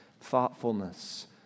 thoughtfulness